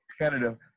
Canada